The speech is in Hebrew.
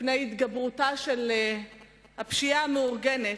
התגברותה של הפשיעה המאורגנת: